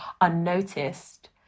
unnoticed